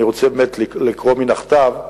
אני רוצה לקרוא מן הכתב,